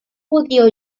judío